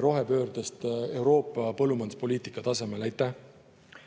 rohepöördest Euroopa põllumajanduspoliitika tasemel. Jaak